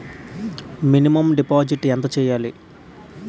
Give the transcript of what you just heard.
Minimum deposit ఎంత చెయ్యాలి?